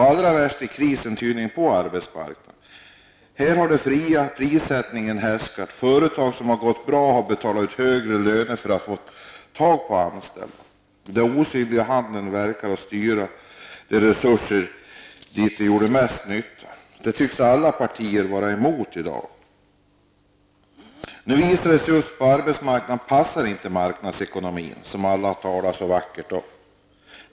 Krisen är tydligen allra värst på arbetsmarknaden. Här har den fria prissättningen härskat, och företag som har gått bra har betalat ut högre löner för att få arbetskraft. Den osynliga handen verkade och styrde resurser dit där de gjorde mest nytta. Det tycks alla partier vara emot i dag. Nu visar det sig att just på arbetsmarknaden passar inte marknadsekonomin som man har talat så vackert om.